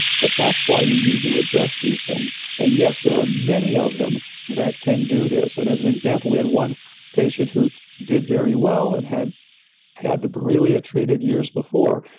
but that's why you need to address these things and yes, there are many of them that can do this. and as an example, we had one patient who did very well, and had had the borrelia treated years before,